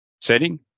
setting